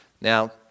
Now